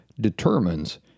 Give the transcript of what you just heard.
determines